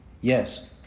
Yes